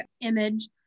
image